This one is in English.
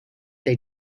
they